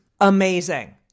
amazing